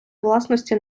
власності